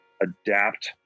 adapt